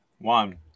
One